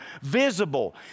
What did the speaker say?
visible